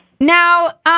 Now